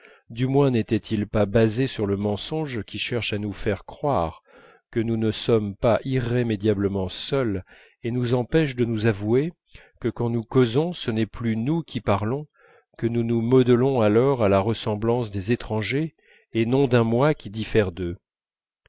du moins n'était-il pas basé sur le mensonge qui cherche à nous faire croire que nous ne sommes pas irrémédiablement seuls et qui quand nous causons avec un autre nous empêche de nous avouer que ce n'est plus nous qui parlons que nous nous modelons alors à la ressemblance des étrangers et non d'un moi qui diffère d'eux